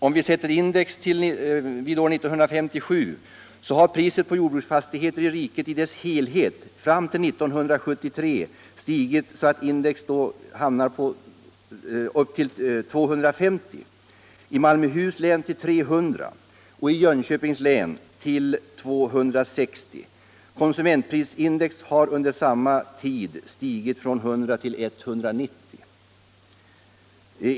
Om vi utgår från index 100 år 1957 har priset på jordbruksfastigheter i riket i dess helhet fram till 1973 stigit till 250, i Malmöhus län till 300 och i Jönköpings län till 260. Konsumentprisindex har under samma tid stigit från 100 till 190.